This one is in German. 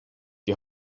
die